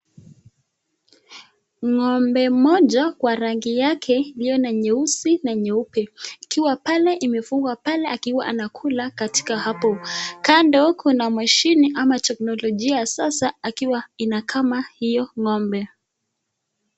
N'gombe moja kwa rangi yake iliyo na nyeusi na nyeupe ikiwa pale imefungwa pale akiwa anakula katika hapo. Kando kuna mashini ama teknolojia ya sasa ikiwa inakama hiyo n'gombe.